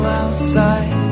outside